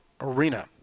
arena